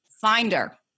Finder